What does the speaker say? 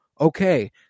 okay